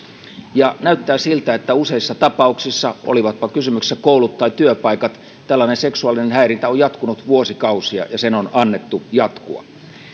ja näyttää siltä että useissa tapauksissa olivatpa kysymyksessä koulut tai työpaikat tällainen seksuaalinen häirintä on jatkunut vuosikausia ja sen on annettu jatkua